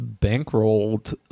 bankrolled